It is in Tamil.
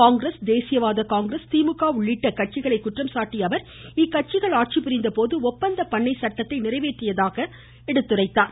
காங்கிரஸ் தேசிய வாத காங்கிரஸ் திமுக உள்ளிட்ட கட்சிகளை குற்றம் சாட்டிய அவர் இக்கட்சிகள் ஆட்சிபுரிந்த போது ஒப்பந்த பண்ணை சட்டத்தை நிறைவேற்றியதாக குறிப்பிட்டார்